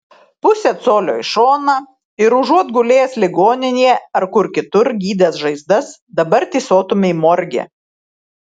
pusė colio į šoną ir užuot gulėjęs ligoninėje ar kur kitur gydęs žaizdas dabar tysotumei morge